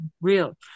real